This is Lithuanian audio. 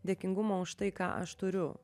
dėkingumo už tai ką aš turiu